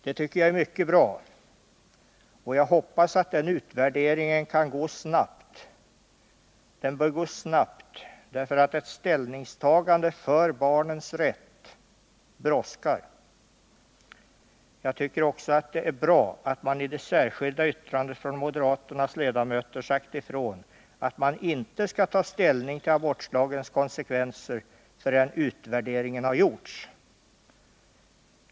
Det tycker jag är mycket bra, och jag hoppas att den utvärderingen kan gå snabbt, eftersom ett ställningstagande för barnens rätt brådskar. Jag tycker också att det är bra att man i det särskilda yttrandet från moderaternas ledamöter sagt ifrån att man inte skall ta ställning till abortlagens konsekvenser förrän utredningen har gjorts.